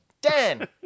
Dan